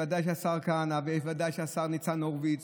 ודאי שהשר כהנא וודאי שהשר ניצן הורוביץ